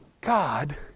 God